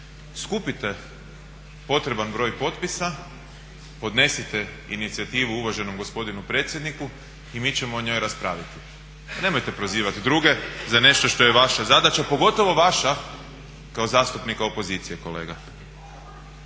skupite potreban broj potpisa, podnesite inicijativu uvaženom gospodinu predsjedniku i mi ćemo o njoj raspraviti. Nemojte prozivati druge za nešto što je vaša zadaća, pogotovo vaša kao zastupnika opozicije kolega.